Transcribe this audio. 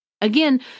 Again